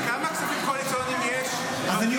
כמה כספים קואליציוניים יש ברווחה,